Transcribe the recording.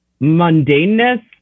mundaneness